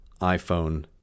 iPhone